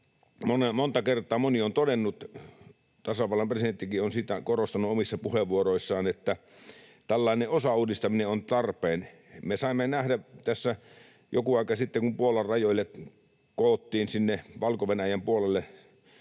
monta kertaa moni on todennut, ja tasavallan presidenttikin on sitä korostanut omissa puheenvuoroissaan, että tällainen osauudistaminenkin on tarpeen. Me saimme nähdä tässä joku aika sitten, kun Puolan rajoille koottiin sinne Valko-Venäjän puolelle